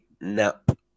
nap